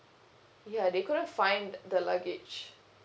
ya they couldn't find the luggage